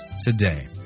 today